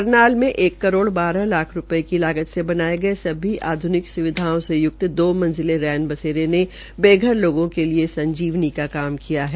करनाल में एक करोड़ बारह लाख रूपये की लागत से बनाये गये सभी आध्निकि सुविधाओं से युक्त दो मंजिलें रैन बसेरे में बेघर लोगों के लिए संजीविनी का काम किया है